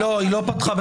לא, היא לא פתחה בחקירה.